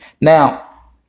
Now